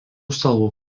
salų